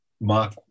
Mark